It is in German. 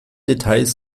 details